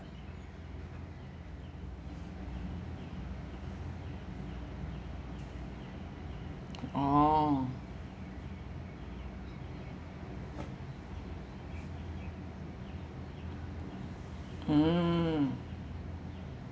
oh mm